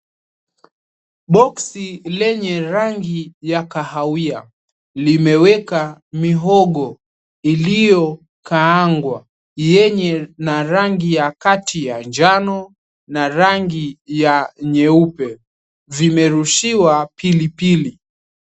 Boksi lenye rangi ya kahawia limewekwa mihogo iliyokaangwa yenye na rangi ya kati ya njano na rangi ya nyeupe. Zimerushiwa pilipili.